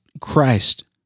Christ